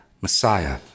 Messiah